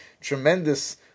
tremendous